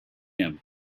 him